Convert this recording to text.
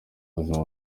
buzima